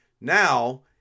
Now